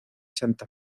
santa